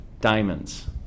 diamonds